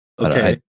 Okay